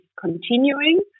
continuing